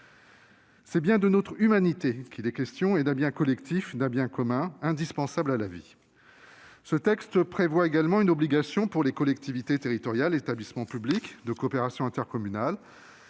c'est bien de notre humanité qu'il est question et d'un bien collectif, d'un bien commun indispensable à la vie. Ce texte prévoit également l'obligation, pour les collectivités territoriales et établissements publics de coopération intercommunale,